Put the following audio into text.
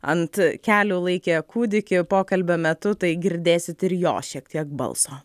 ant kelių laikė kūdikį pokalbio metu tai girdėsit ir jo šiek tiek balso